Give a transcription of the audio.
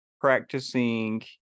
practicing